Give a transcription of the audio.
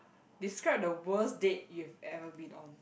describe the worst date you've ever been on